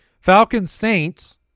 Falcons-Saints